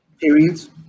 Periods